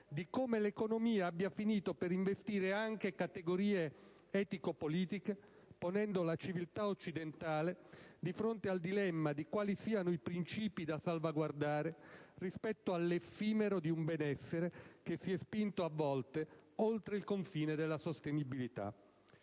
di come l'economia abbia finito per investire anche categorie etico-politiche, ponendo la civiltà occidentale di fronte al dilemma di quali siano i principi da salvaguardare rispetto all'effimero di un benessere che si è spinto, a volte, oltre il confine della sostenibilità.